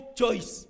choice